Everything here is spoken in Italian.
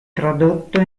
tradotto